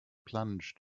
plunge